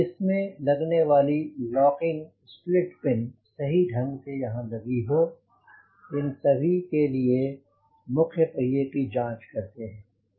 इसमें लगने वाली लॉकिंग स्प्लिट पिन सही ढंग से यहां लगी हो इन सभी के लिए मुख्य पहिये की जांच करते हैं